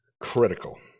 critical